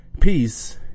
Peace